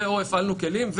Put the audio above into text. ו/או הפעלנו כלים,